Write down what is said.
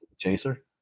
chaser